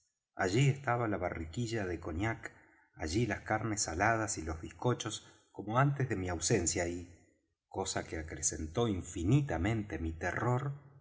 allí estaba la barriquilla de cognac allí las carnes saladas y los bizcochos como antes de mi ausencia y cosa que acrecentó infinitamente mi terror